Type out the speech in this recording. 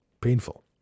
painful